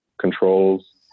controls